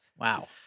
Wow